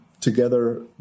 together